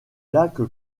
lac